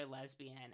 lesbian